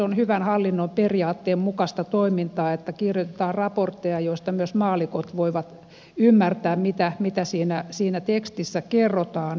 on hyvän hallinnon periaatteen mukaista toimintaa että kirjoitetaan raportteja joista myös maallikot voivat ymmärtää mitä tekstissä kerrotaan ja sanotaan